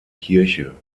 kirche